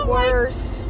worst